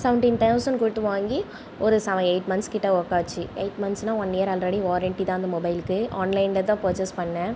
seventeen thousand கொடுத்து வாங்கி ஒரு எய்ட் மன்த்ஸ் கிட்ட ஒர்க் ஆச்சு எய்ட் மன்த்ஸ்னா ஒன் இயர் ஆல்ரெடி வாரெண்ட்டி தான் அந்த மொபைலுக்கு ஆன்லைனில் தான் பர்ச்சேஸ் பண்ணேன்